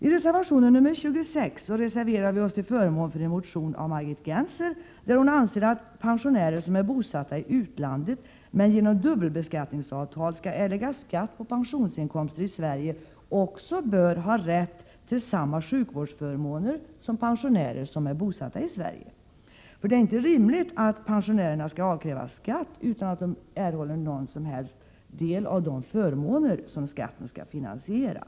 I reservation 26 reserverar vi oss till förmån för en motion av Margit Gennser, där hon anser att pensionärer som är bosatta i utlandet men genom dubbelbeskattningsavtal skall erlägga skatt på pensionsinkomster i Sverige också bör ha rätt till samma sjukvårdsförmåner som pensionärer bosatta i Sverige. Det är inte rimligt att pensionärerna skall avkrävas skatt utan att erhålla någon som helst del av de förmåner som skatten skall finansiera.